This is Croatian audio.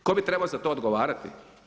Tko bi trebao za to odgovarati?